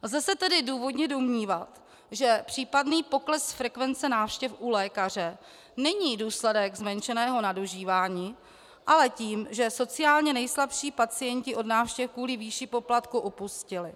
Lze se tedy důvodně domnívat, že případný pokles frekvence návštěv u lékaře není důsledek zmenšeného nadužívání, ale toho, že sociálně nejslabší pacienti od návštěv kvůli výši poplatku upustili.